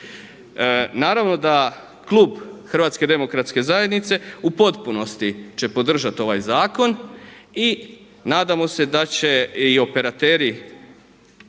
Naravno da klub HDZ-a u potpunosti će podržati ovaj zakon i nadamo se da će i operatori